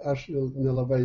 aš jau nelabai